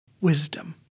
Wisdom